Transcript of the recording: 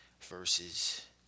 versus